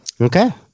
Okay